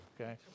okay